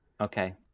Okay